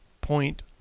point